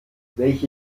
welche